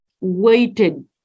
waited